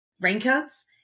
raincoats